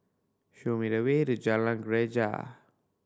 show me the way to Jalan Greja